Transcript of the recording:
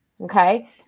Okay